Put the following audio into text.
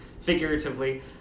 figuratively